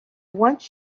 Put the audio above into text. want